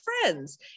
friends